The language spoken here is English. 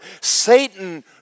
Satan